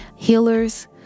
healers